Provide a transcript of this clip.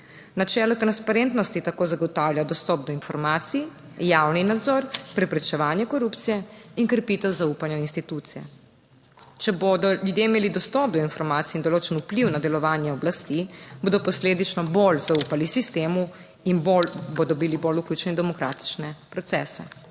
Načelo transparentnosti tako zagotavlja dostop do informacij, javni nadzor, preprečevanje korupcije in krepitev zaupanja v institucije. Če bodo ljudje imeli dostop do informacij in določen vpliv na delovanje oblasti, bodo posledično bolj zaupali sistemu in bolj, bodo bili bolj vključeni v demokratične procese.